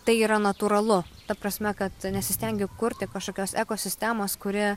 tai yra natūralu ta prasme kad nesistengiu kurti kažkokios ekosistemos kuri